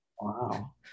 Wow